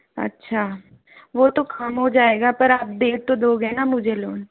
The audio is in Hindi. अच्छा वो तो काम हो जाएगा पर आप दे तो दोगे ना मुझे लोन